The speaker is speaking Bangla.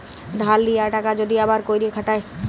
ধার লিয়া টাকা যদি আবার ক্যইরে খাটায়